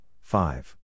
five